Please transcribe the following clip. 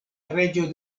reĝo